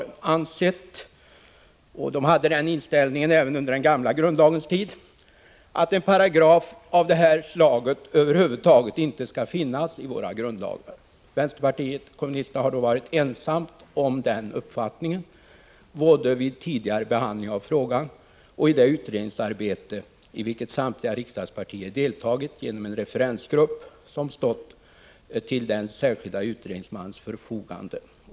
Vänsterpartiet kommunisterna anser — de hade samma inställning under den gamla grundlagens tid — att en paragraf av detta slag över huvud taget inte skall finnas i våra grundlagar. Vänsterpartiet kommunisterna har varit ensamma om den uppfattningen både vid tidigare behandling av frågan i riksdagen och i det utredningsarbete, i vilket samtliga riksdagspartier deltagit genom en referensgrupp som stått till den särskilda utredningsmannens förfogande.